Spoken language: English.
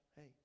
Hey